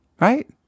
Right